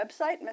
website